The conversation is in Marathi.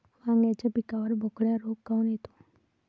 वांग्याच्या पिकावर बोकड्या रोग काऊन येतो?